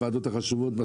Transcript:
הוועדות החשובות,